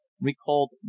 recalled